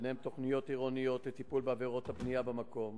וביניהם תוכניות עירוניות לטיפול בעבירות הבנייה במקום,